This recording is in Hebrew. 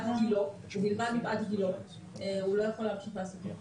גילו והוא לא יוכל להמשיך להעסיק אותו.